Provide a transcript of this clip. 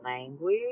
language